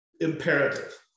imperative